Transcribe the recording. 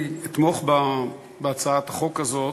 אני אתמוך בהצעת החוק הזאת,